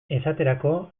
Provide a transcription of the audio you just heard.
esaterako